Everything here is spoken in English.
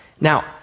Now